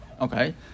Okay